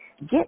Get